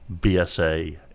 BSA